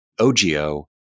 OGO